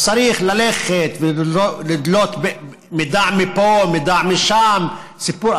אז צריך ללכת ולדלות מידע מפה, מידע משם, סיפור.